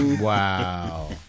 Wow